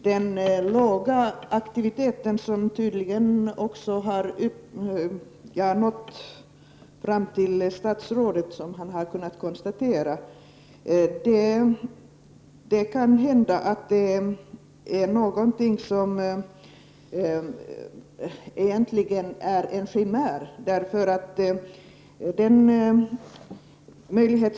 Fru talman! Uppgiften om den låga aktiviteten har tydligen nått fram även till statsrådet. Det är kanske egentligen en chimär.